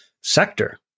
sector